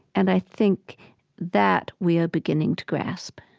and i think that we are beginning to grasp